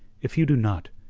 if you do not,